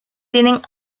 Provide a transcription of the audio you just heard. tienen